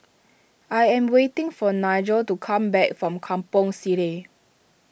I am waiting for Nigel to come back from Kampong Sireh